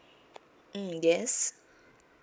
mm yes